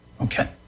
Okay